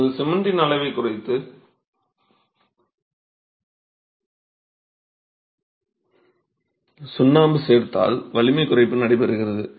நீங்கள் சிமெண்டின் அளவைக் குறைத்து சுண்ணாம்பு சேர்ப்பதால் வலிமை குறைப்பு நடைபெறுகிறது